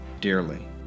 dearly